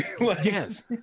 Yes